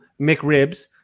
McRibs